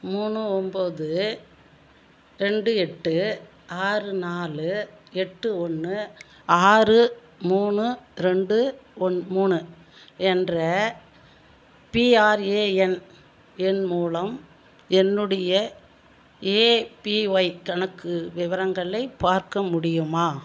மூணு ஒம்போது ரெண்டு எட்டு ஆறு நாலு எட்டு ஒன்று ஆறு மூணு ரெண்டு மூணு என்ற பிஆர்ஏஎன் எண் மூலம் என்னுடைய ஏபிஒய் கணக்கு விவரங்களை பார்க்க முடியுமா